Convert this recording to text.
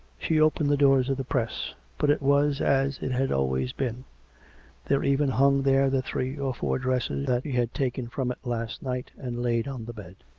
she opened the doors of the press, but it was as it had always been there even hung there the three or four dresses that she had taken from it last night and laid on the bed.